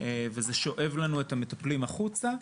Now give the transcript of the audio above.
וזה שואב לנו את המטפלים החוצה.